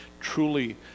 truly